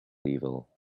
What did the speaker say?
evil